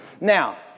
Now